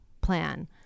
plan